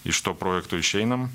iš to projekto išeinam